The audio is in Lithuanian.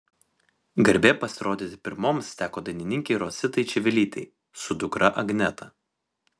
garbė pasirodyti pirmoms teko dainininkei rositai čivilytei su dukra agneta